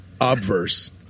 Obverse